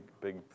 big